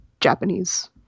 Japanese